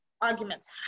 Arguments